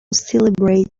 celebrate